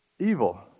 evil